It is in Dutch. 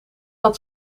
dat